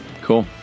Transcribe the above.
Cool